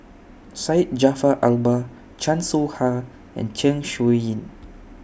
Syed Jaafar Albar Chan Soh Ha and Zeng Shouyin